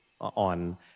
on